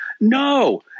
No